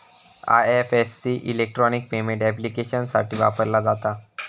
IFSC electronic payment ऍप्लिकेशन्ससाठी वापरला जाता